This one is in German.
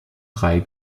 drei